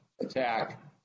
attack